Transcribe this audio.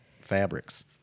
fabrics